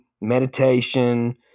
meditation